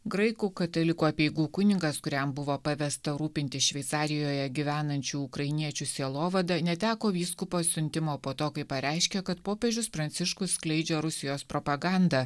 graikų katalikų apeigų kunigas kuriam buvo pavesta rūpintis šveicarijoje gyvenančių ukrainiečių sielovada neteko vyskupo siuntimo po to kai pareiškė kad popiežius pranciškus skleidžia rusijos propagandą